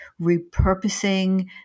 repurposing